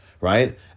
right